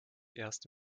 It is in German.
erst